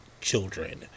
children